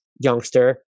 youngster